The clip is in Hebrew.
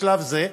בשלב זה,